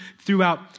throughout